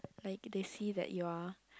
like they see that you are